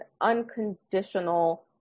unconditional